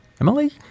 Emily